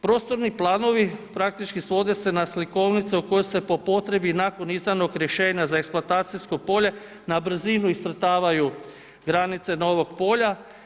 Prostorni planovi praktički svode se na slikovnicu u kojoj se po potrebi nakon izdanog rješenja za eksploatacijsko polje na brzinu iscrtavaju granice novog polja.